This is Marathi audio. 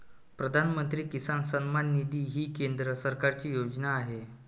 प्रधानमंत्री किसान सन्मान निधी ही केंद्र सरकारची योजना आहे